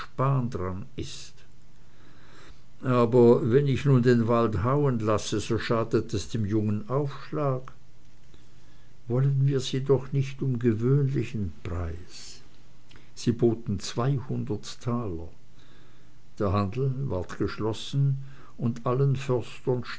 ist aber wenn ich nun den wald hauen lasse so schadet es dem jungen aufschlag wollen wir sie doch nicht um gewöhnlichen preis sie boten zweihundert taler der handel ward geschlossen und allen